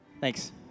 Thanks